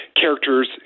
characters